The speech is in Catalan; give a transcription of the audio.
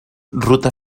ruta